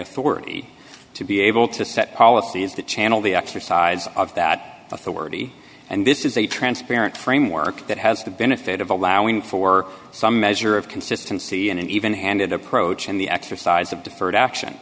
authority to be able to set policies that channel the exercise of that authority and this is a transparent framework that has the benefit of allowing for some measure of consistency in an even handed approach and the exercise of deferred action